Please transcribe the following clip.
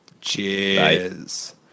cheers